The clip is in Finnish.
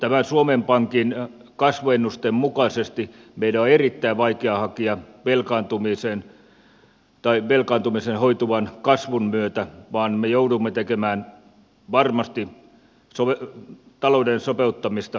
tämän suomen pankin kasvuennusteen mukaisesti meidän on erittäin vaikea hoitaa velkaantuminen kasvun myötä vaan me joudumme varmasti tekemään talouden sopeuttamista seuraavalla kaudella